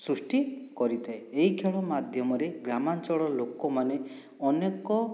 ସୃଷ୍ଟି କରିଥାଏ ଏଇ ଖେଳ ମାଧ୍ୟମରେ ଗ୍ରାମାଞ୍ଚଳର ଲୋକମାନେ ଅନେକ